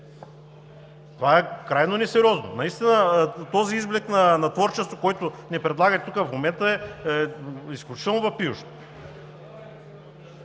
Това е крайно несериозно! Този изблик на творчество, което ни предлагате тук в момента, е изключително въпиещ!